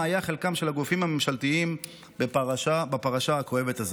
היה חלקם של הגופים הממשלתיים בפרשה הכואבת הזו.